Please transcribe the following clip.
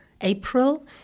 April